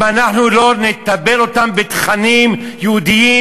אם אנחנו לא נתבל אותם בתכנים יהודיים,